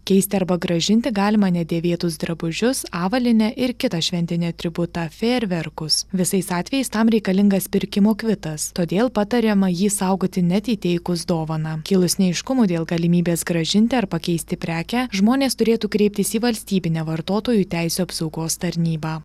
keisti arba grąžinti galima nedėvėtus drabužius avalynę ir kitą šventinį atributą fejerverkus visais atvejais tam reikalingas pirkimo kvitas todėl patariama jį saugoti net įteikus dovaną kilus neaiškumų dėl galimybės grąžinti ar pakeisti prekę žmonės turėtų kreiptis į valstybinę vartotojų teisių apsaugos tarnybą